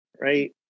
right